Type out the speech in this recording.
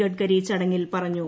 ഗഡ്കരി ചടങ്ങിൽ പറഞ്ഞു